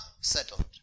settled